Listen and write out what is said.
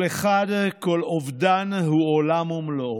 כל אחד, כל אובדן, הוא עולם ומלואו.